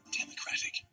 democratic